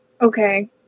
Okay